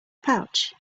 pouch